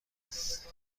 است